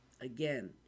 Again